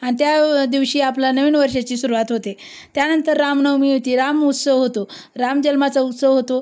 आणि त्या दिवशी आपल्या नवीन वर्षाची सुरुवात होते त्यानंतर रामनवमी येते आहे रामउत्सव होतो रामजल्माचा उत्सव होतो